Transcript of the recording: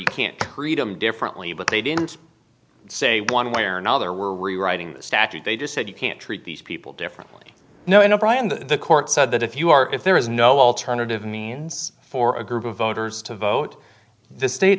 you can't create them differently but they didn't say one way or another or rewriting the statute they just said you can't treat these people differently you know in a brand the court said that if you are if there is no alternative means for a group of voters to vote the state